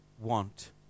want